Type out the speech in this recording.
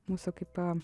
mūsų kaip